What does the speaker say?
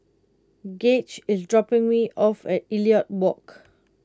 Gauge is dropping me off at Elliot Walk